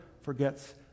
forgets